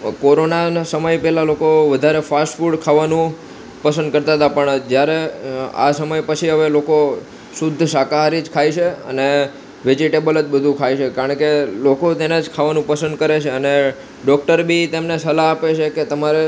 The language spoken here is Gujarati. કોરોનાના સમય પહેલા લોકો વધારે ફાસ્ટ ફૂડ ખાવાનું પસંદ કરતા હતા પણ જ્યારે આ સમય પછી હવે લોકો શુદ્ધ શાકાહારી જ ખાય છે અને વેજિટેબલ જ બધું ખાય છે કારણ કે લોકો તેને જ ખાવાનું પસંદ કરે છે અને ડૉક્ટર બી તેમને સલાહ આપે છે કે તેમને